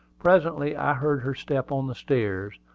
presently i heard her step on the stairs,